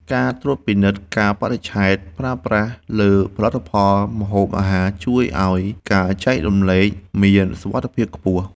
ការត្រួតពិនិត្យកាលបរិច្ឆេទប្រើប្រាស់លើផលិតផលម្ហូបអាហារជួយឱ្យការចែកចាយមានសុវត្ថិភាពខ្ពស់។